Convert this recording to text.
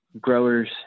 growers